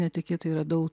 netikėtai radau